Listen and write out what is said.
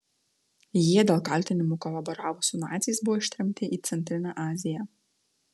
jie dėl kaltinimų kolaboravus su naciais buvo ištremti į centrinę aziją